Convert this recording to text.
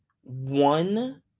one